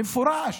במפורש.